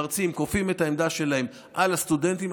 מרצים כופים את העמדה שלהם על הסטודנטים,